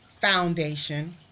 foundation